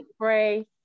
pray